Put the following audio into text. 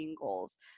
goals